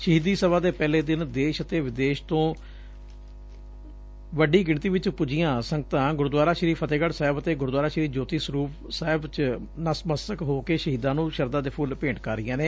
ਸ਼ਹੀਦੀ ਸਭਾ ਦੇ ਪਹਿਲੇ ਦਿਨ ਦੇਸ਼ ਅਤੇ ਵਿਦੇਸ਼ ਤੋ ਵੱਡੀ ਗਿਣਤੀ ਚ ਪੁੱਜੀਆਂ ਸੰਗਤਾ ਗੁਰਦੁਆਰਾ ਸ੍ਰੀ ਫਤਹਿਗੜ ਸਾਹਿਬ ਅਤੇ ਗੁਰਦੁਆਰਾ ਸ੍ਰੀ ਜੋਤੀ ਸਰੂਪ ਸਾਹਿਬ ਚ ਨਤਮਸਤਕ ਹੋ ਕੇ ਸ਼ਹੀਦਾਂ ਨੂੰ ਸ਼ਰਧਾ ਦੇ ਫੁੱਲ ਭੇਟ ਕਰ ਰਹੀਆ ਨੇ